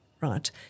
Right